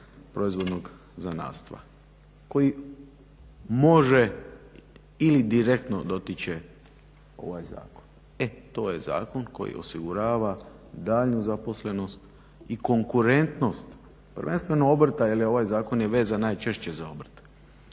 proizvodnog zanatstva, koji može ili direktno dotiče ovaj zakon. E to je zakon koji osigurava daljnju zaposlenost i konkurentnost, prvenstveno obrta, jer ovaj zakon je vezan najčešće za obrt.